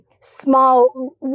small